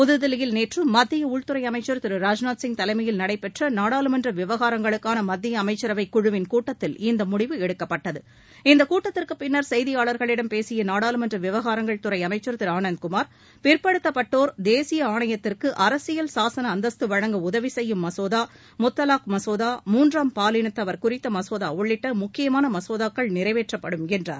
புதுதில்லியில் நேற்று மத்திய உள்துறை அமைச்சள் திரு ராஜ்நாத் சிங் தலைமையில் நடைபெற்ற நாடாளுமன்ற விவகாரங்களுக்கான மத்திய அமைச்சரவை குழுவின் கூட்டத்தில் இம்முடிவு எடுக்கப்பட்டது இந்தக் கூட்டத்திற்குப் பின்னர் செய்தியாளர்களிடம் பேசிய நாடாளுமன்ற விவகாரங்கள் துறை அமைச்சா் திரு அனந்த் குமார் பிற்படுத்தப்பட்டோா் தேசிய ஆணையத்திற்கு அரசியல் சாசன அந்தஸ்து வழங்க உதவி செய்யும் மசோதா முத்தவாக் மசோதா மூன்றாம் பாலினத்தவர் குறித்த மசோதா உள்ளிட்ட முக்கியமான மசோதாக்கள் நிறைவேற்றப்படும் என்றார்